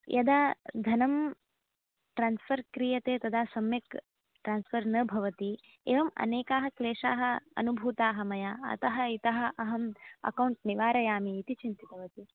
यदा धनं ट्रान्स्फर् क्रियते तदा सम्यक् ट्रान्स्फर् न भवति एवम् अनेकाः क्लेशाः अनुभूताः मया अतः इतः अहम् अकौण्ट् निवारयामि इति चिन्तितवती